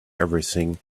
everything